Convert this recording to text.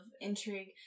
intrigue